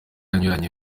anyuranye